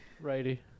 Righty